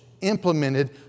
implemented